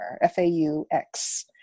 f-a-u-x